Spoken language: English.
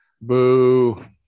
boo